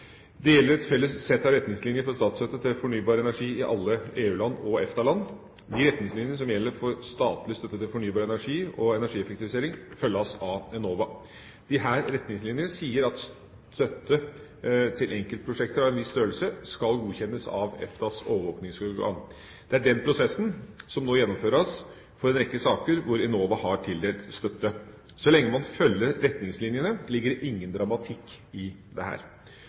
fornybar energi i alle EU-land og EFTA-land. De retningslinjene som gjelder for statlig støtte til fornybar energi og energieffektivisering, følges av Enova. Disse retningslinjene sier at støtte til enkeltprosjekter av en viss størrelse skal godkjennes av EFTAs overvåkningsorgan. Det er den prosessen som nå gjennomføres for en rekke saker hvor Enova har tildelt støtte. Så lenge man følger retningslinjene, ligger det ingen dramatikk i